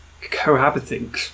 cohabiting